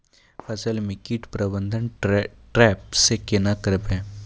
फसल म कीट प्रबंधन ट्रेप से केना करबै?